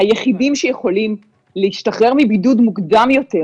היחידים שיכולים להשתחרר מבידוד מוקדם יותר,